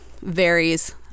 varies